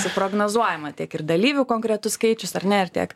suprognozuojama tiek ir dalyvių konkretus skaičius ar ne ir tiek